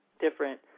different